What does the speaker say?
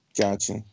Gotcha